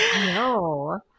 No